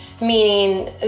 meaning